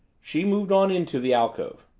she moved on into the alcove.